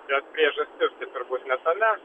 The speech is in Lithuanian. bet priežastis tai turbūt ne tame